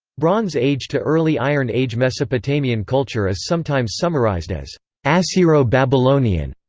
bronze age to early iron age mesopotamian culture is sometimes summarized as assyro-babylonian,